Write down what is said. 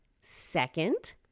Second